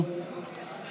היא